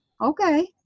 okay